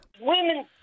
Women